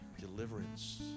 deliverance